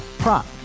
prop